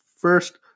first